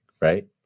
right